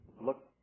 Look